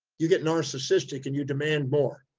you get narcissistic and you demand more.